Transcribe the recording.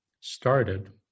started